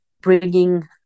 bringing